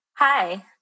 Hi